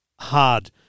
hard